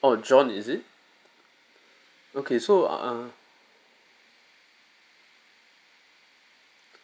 oh john is it okay so uh